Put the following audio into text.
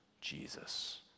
Jesus